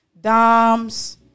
doms